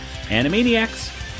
Animaniacs